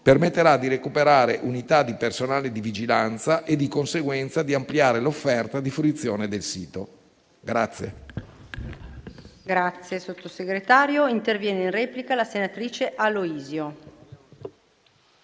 permetterà di recuperare unità di personale di vigilanza e, di conseguenza, di ampliare l'offerta di fruizione del sito.